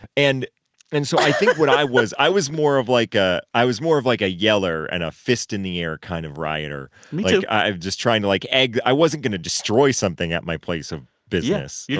and and so. i think what i was i was more of, like, a i was more of like a yeller and a fist-in-the-air kind of rioter me too like, i'm just trying to, like, egg i wasn't going to destroy something at my place of business. yeah